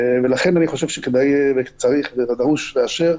לכן אני חושב שכדאי וצריך לאשר את הדרוש,